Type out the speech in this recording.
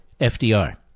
FDR